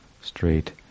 straight